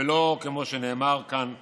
ולא כמו שנאמר כאן קודם,